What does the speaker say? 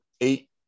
eight